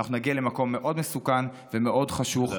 אנחנו נגיע למקום מאוד מסוכן ומאוד חשוך,